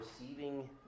receiving